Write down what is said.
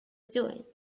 doing